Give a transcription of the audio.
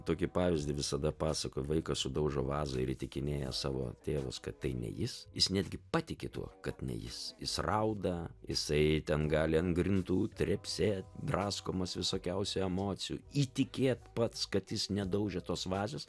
tokį pavyzdį visada pasakojo vaikas sudaužo vazą ir įtikinėja savo tėvus kad tai ne jis jis netgi patiki tuo kad ne jis jis rauda jisai ten gali ant grindų trepsėt draskomas visokiausių emocijų įtikėt pats kad jis nedaužė tos vazos